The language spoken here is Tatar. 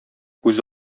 күз